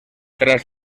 tras